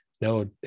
no